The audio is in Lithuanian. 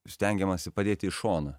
stengiamasi padėti į šoną